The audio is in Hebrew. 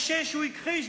בשש הוא הכחיש,